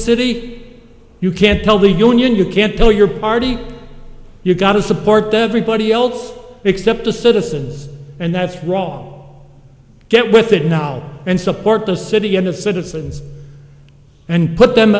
city you can't tell the union you can't tell your party you've got to support everybody else except the citizens and that's wrong get with it now and support the city end of citizens and put them